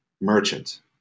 merchant